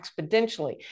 exponentially